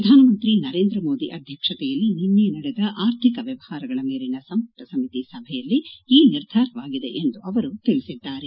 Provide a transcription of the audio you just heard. ಪ್ರಧಾನಮಂತ್ರಿ ನರೇಂದ್ರ ಮೋದಿ ಅಧ್ಯಕ್ಷತೆಯಲ್ಲಿ ನಿನ್ನೆ ನಡೆದ ಆರ್ಥಿಕ ವ್ಯವಹರಗಳ ಮೇಲಿನ ಸಂಮಟ ಸಮಿತಿಯ ಸಭೆಯಲ್ಲಿ ಈ ನಿರ್ಧಾರವಾಗಿದೆ ಎಂದು ಅವರು ತಿಳಿಸಿದರು